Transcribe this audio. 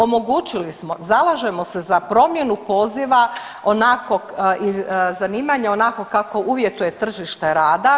Omogućili smo, zalažemo se za promjenu poziva onakvog zanimanja onako kako uvjetuje tržište rada.